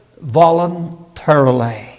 voluntarily